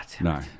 no